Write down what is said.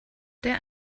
der